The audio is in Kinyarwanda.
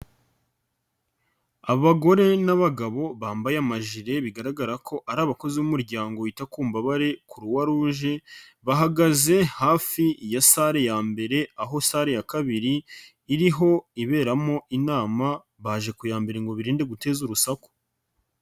Abagore n'abagabo bambaye amajile, bigaragara ko ari abakozi b'umuryango wita ku mbabare Croix rouge, bahagaze hafi ya sale ya mbere, aho sale ya kabiri iriho iberamo inama, baje kuya mbere ngo birinde guteza urusaku.